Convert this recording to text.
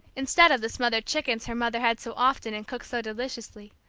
instead of the smothered chickens her mother had so often, and cooked so deliciously,